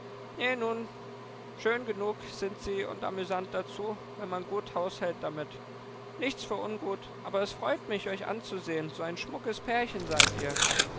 nun schön genug sind sie und amüsant dazu wenn man gut haushält damit nichts für ungut aber es freut mich euch anzusehen so ein schmuckes pärchen seid ihr